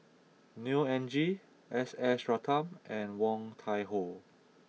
Neo Anngee S S Ratnam and Woon Tai Ho